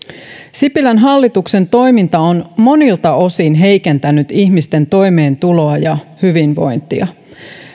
sipilän hallituksen toiminta on monilta osin heikentänyt ihmisten toimeentuloa ja hyvinvointia